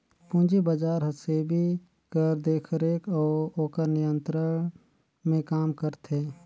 पूंजी बजार हर सेबी कर देखरेख अउ ओकर नियंत्रन में काम करथे